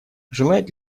желает